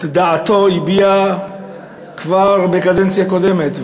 את דעתו הביע כבר בקדנציה קודמת,